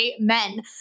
amen